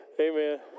Amen